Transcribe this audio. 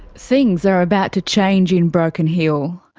things are about to change in broken hill.